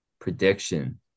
prediction